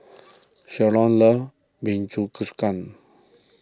Shalon loves